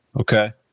Okay